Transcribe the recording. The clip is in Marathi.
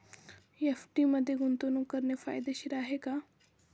एफ.डी मध्ये गुंतवणूक करणे फायदेशीर आहे का?